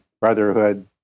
Brotherhood